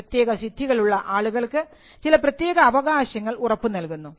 പ്രത്യേക സിദ്ധികൾ ഉള്ള ആളുകൾക്ക് ചില പ്രത്യേക അവകാശങ്ങൾ ഉറപ്പു നൽകുന്നു